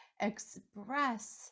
express